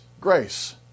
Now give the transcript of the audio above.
grace